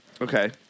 Okay